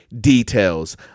details